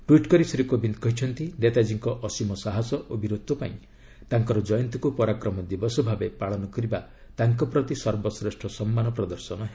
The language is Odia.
ଟ୍ୱିଟ୍ କରି ଶ୍ରୀ କୋବିନ୍ଦ କହିଛନ୍ତି ନେତାଜୀଙ୍କ ଅସୀମ ସାହସ ଓ ବୀରତ୍ୱ ପାଇଁ ତାଙ୍କର ଜୟନ୍ତୀକୁ 'ପରାକ୍ରମ ଦିବସ' ଭାବେ ପାଳନ କରିବା ତାଙ୍କ ପ୍ରତି ସର୍ବଶ୍ରେଷ୍ଠ ସମ୍ମାନ ପ୍ରଦର୍ଶନ ହେବ